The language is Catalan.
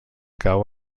cau